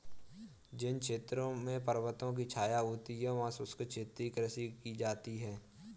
जिन क्षेत्रों में पर्वतों की छाया होती है वहां शुष्क क्षेत्रीय कृषि की जाती है